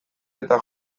eta